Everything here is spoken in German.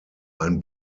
ein